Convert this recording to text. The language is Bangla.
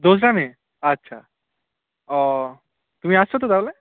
দোসরা মে আচ্ছা ও তুমি আসছ তো তাহলে